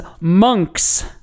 Monk's